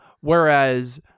Whereas